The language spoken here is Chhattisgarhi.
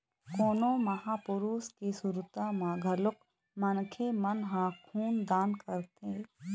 कोनो महापुरुष के सुरता म घलोक मनखे मन ह खून दान करथे